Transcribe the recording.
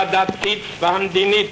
הדתית והמדינית,